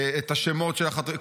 השמות של החטופים.